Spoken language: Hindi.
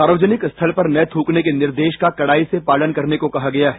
सार्वजनिक स्थल पर न थकने के निर्देश का कडाई से पालन करने को कहा गया है